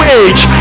age